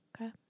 Okay